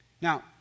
Now